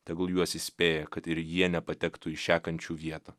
tegul juos įspėja kad ir jie nepatektų į šią kančių vietą